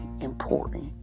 important